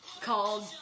called